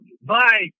Bye